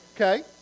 Okay